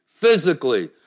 physically